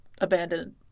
abandoned